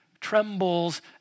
trembles